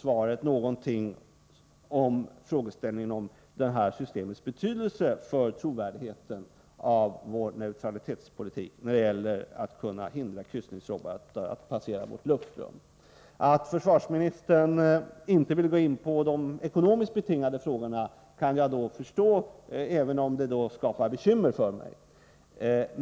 svar inte tar upp frågeställningen om den betydelse det har för trovärdigheten hos vår neutralitetspolitik att vi kan hindra kryssningsrobotar att passera vårt luftrum. Att försvarsministern inte vill gå in på de ekonomiskt betingade frågorna kan jag förstå, även om det skapar bekymmer för mig.